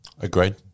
Agreed